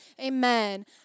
amen